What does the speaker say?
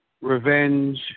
revenge